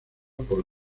por